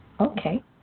Okay